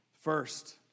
First